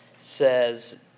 says